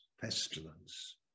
pestilence